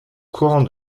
courant